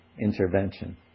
intervention